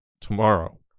tomorrow